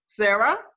Sarah